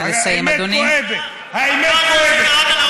האמת כואבת, האמת כואבת.